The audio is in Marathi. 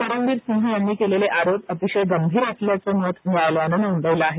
परमबीर सिंह यांनी केलेले आरोप अतिशय गंभीर असल्याचं मत न्यायालयानं नोंदवलं आहे